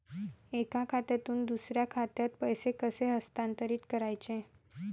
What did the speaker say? एका खात्यातून दुसऱ्या खात्यात पैसे कसे हस्तांतरित करायचे